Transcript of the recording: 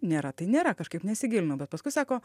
nėra tai nėra kažkaip nesigilinau bet paskui sako